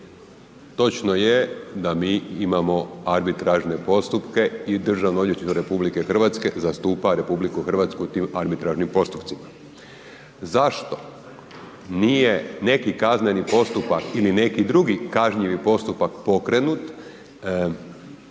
Točno je da mi imamo arbitražne postupke i Državno odvjetništvo RH zastupa RH u tim arbitražnim postupcima. Zašto nije neki kazneni postupak ili neki drugi kažnjivi postupak pokrenut,